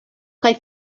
kaj